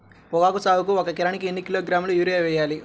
పొగాకు సాగుకు ఒక ఎకరానికి ఎన్ని కిలోగ్రాముల యూరియా వేయాలి?